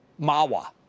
Mawa